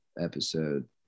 episode